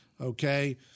okay